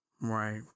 Right